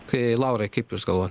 kai laurai kaip jūs galvojat